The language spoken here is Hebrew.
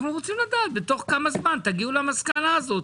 אנחנו רוצים לדעת תוך כמה זמן תגיעו למסקנה הזאת.